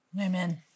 Amen